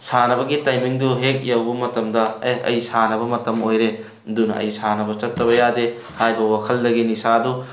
ꯁꯥꯟꯅꯕꯒꯤ ꯇꯥꯏꯃꯤꯡꯗꯨ ꯍꯦꯛ ꯌꯧꯕ ꯃꯇꯝꯗ ꯑꯦ ꯑꯩ ꯁꯥꯟꯅꯕ ꯃꯇꯝ ꯑꯣꯏꯔꯦ ꯑꯗꯨꯅ ꯑꯩ ꯁꯥꯟꯅꯕ ꯆꯠꯇꯕ ꯌꯥꯗꯦ ꯍꯥꯏꯕ ꯋꯥꯈꯜꯗꯒꯤ ꯅꯤꯁꯥꯗꯨ